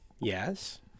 Yes